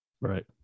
right